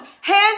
hands